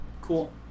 cool